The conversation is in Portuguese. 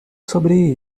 sobre